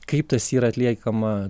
kaip tas yra atliekama